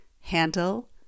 handle